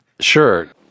Sure